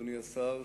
אדוני השר,